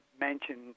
mentioned